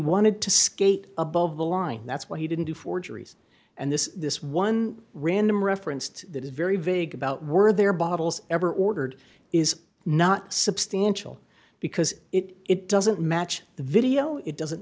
wanted to skate above the line that's why he didn't do forgeries and this this one random referenced that is very vague about were there bottles ever ordered is not substantial because it doesn't match the video it doesn't